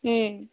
ம்